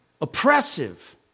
Oppressive